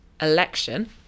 election